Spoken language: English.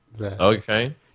Okay